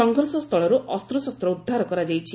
ସଂଘର୍ଷ ସ୍ଥଳରୁ ଅସ୍ତ୍ରଶସ୍ତ ଉଦ୍ଧାର କରାଯାଇଛି